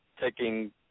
taking